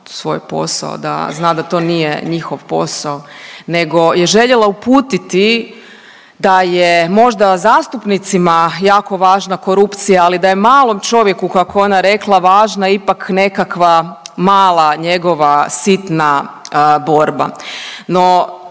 svoj posao da zna da to nije njihov posao nego je željela uputiti da je možda zastupnicima jako važna korupcija, ali da je malom čovjeku kako je ona rekla važna ipak nekakva mala njegova sitna borba. No,